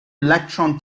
electron